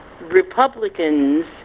Republicans